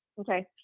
okay